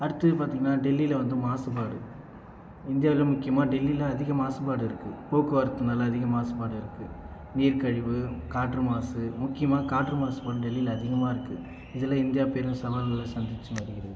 அடுத்தது பார்த்திங்கனா டெல்லியில் வந்து மாசுபாடு இந்தியாவில் முக்கியமாக டெல்லியில் அதிக மாசுபாடு இருக்குது போக்குவரத்தினால் அதிக மாசுபாடு இருக்கு நீர்கழிவு காற்று மாசு முக்கியமாக காற்று மாசுபாடு டெல்லியில் அதிகமாகருக்கு இதில் இந்தியா பெரும் சவாலை சந்தித்து வருகிறது